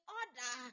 order